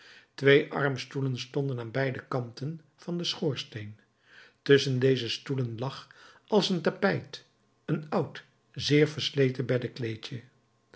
twee armstoelen stonden aan beide kanten van den schoorsteen tusschen deze stoelen lag als een tapijt een oud zeer versleten beddekleedje